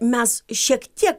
mes šiek tiek